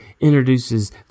introduces